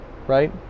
right